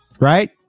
Right